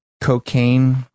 cocaine